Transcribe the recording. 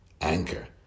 Anchor